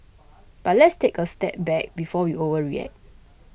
but let's take a step back before we overreact